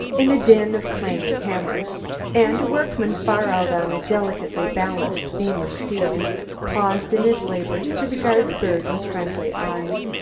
in a din of clanging hammers and a workman far out on a delicately balanced beam of steel paused in his labors to regard the bird with friendly eyes.